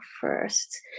first